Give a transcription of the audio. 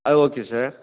அது okay sir